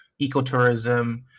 ecotourism